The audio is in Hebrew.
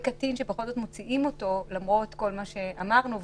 אנחנו דווקא חשבנו שכשמדובר בקטינים אז זה צריך להיות גורם מאוד בכיר,